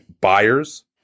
buyers